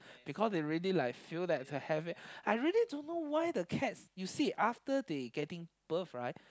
because they really like feel that for having I really don't know why like that the cat your see after they getting birth right